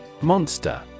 Monster